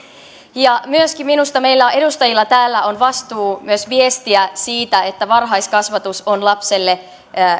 myöskin minusta meillä edustajilla täällä on vastuu myös viestiä siitä että varhaiskasvatus on lapselle